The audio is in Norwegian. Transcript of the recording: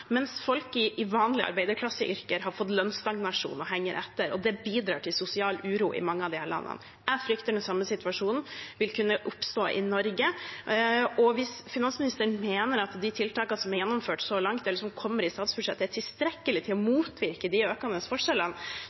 mens folk i vanlige arbeiderklasseyrker har fått lønnsstagnasjon og henger etter. Det bidrar til sosial uro i mange av disse landene. Jeg frykter at den samme situasjonen vil kunne oppstå i Norge. Hvis finansministeren mener at de tiltakene som er gjennomført så langt, eller som kommer i statsbudsjettet, er tilstrekkelige til å motvirke de økende forskjellene,